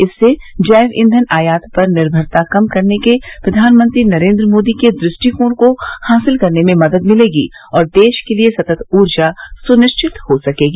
इससे जैव ईंधन आयात पर निर्मरता कम करने के प्रधानमंत्री नरेन्द्र मोदी के दृष्टिकोण को हासिल करने में मदद मिलेगी और देश के लिए सतत ऊर्जा सुनिश्चित हो सकेगी